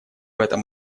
этом